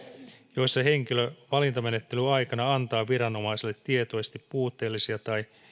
joissa henkilö valintamenettelyaikana antaa viranomaiselle tietoisesti puutteellisia tai